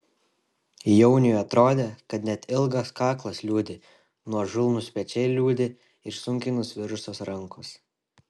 jauniui atrodė kad net ilgas kaklas liūdi nuožulnūs pečiai liūdi ir sunkiai nusvirusios rankos